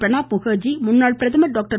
பிரணாப்முகர்ஜி முன்னாள் பிரதமர் டாக்டர்